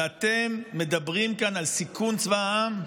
ואתם מדברים כאן על סיכון צבא העם?